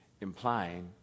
Implying